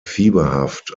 fieberhaft